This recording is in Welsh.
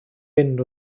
fynd